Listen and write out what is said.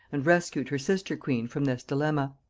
and rescued her sister-queen from this dilemma.